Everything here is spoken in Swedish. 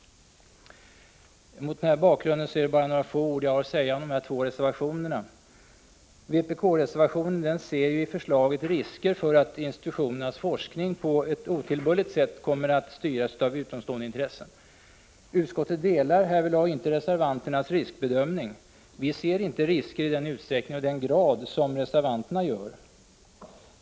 Mot den bakgrunden är det bara några få ord jag har att säga om de här två reservationerna. Vpk-reservationen ser i förslaget risker för att institutionernas forskning på ett otillbörligt sätt kommer att styras av utomstående intressen. Utskottet delar härvidlag inte reservantens riskbedömning. Vi ser inte risker i den utsträckning och till den grad som reservanten gör.